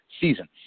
season